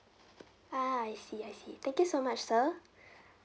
ah I see I see thank you so much sir